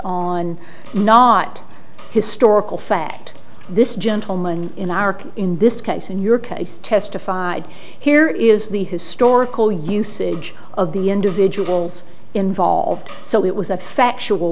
on not historical fact this gentleman in arc in this case in your case testified here is the historical usage of the individuals involved so it was a